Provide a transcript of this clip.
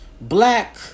black